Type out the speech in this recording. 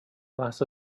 glass